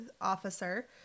officer